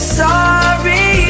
sorry